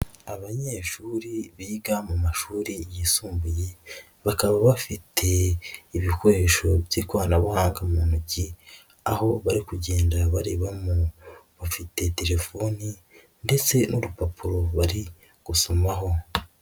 Abanyeshuri biga mu mashuri yisumbuye bakaba bafite ibikoresho by'ikoranabuhanga mu ntoki aho bari kugenda bareba mo, bafite telefoni ndetse n'urupapuro bari gusomaho.